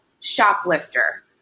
shoplifter